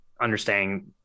understanding